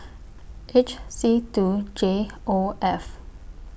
H C two J O F